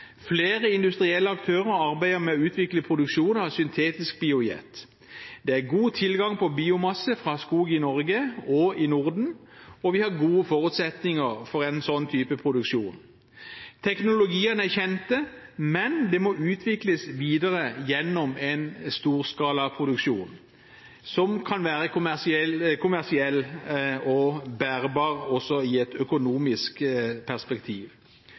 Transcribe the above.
Flere industrielle aktører arbeider med å utvikle produksjon av syntetisk biojet. Det er god tilgang på biomasse fra skog i Norge og i Norden, og vi har gode forutsetninger for slik produksjon. Teknologiene er kjente, men det må utvikles videre gjennom storskalaproduksjon, som kan være kommersiell og bærbar også i et økonomisk perspektiv.